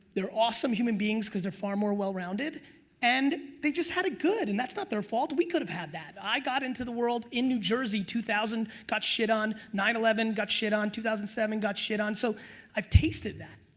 they're awesome human beings because they're far more well-rounded and they just had it good, and that's not their fault. we could have had that, i got into the world in new jersey. two thousand, got shit on. nine eleven got shit on. two thousand and seven got shit on. so i've tasted that.